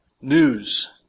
news